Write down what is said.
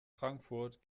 frankfurt